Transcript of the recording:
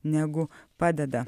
negu padeda